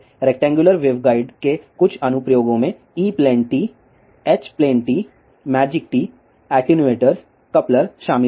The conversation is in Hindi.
रेक्टेंगुलर वेवगाइड के कुछ अनुप्रयोगों में E plane T H plane T magic T attenuators coupler शामिल हैं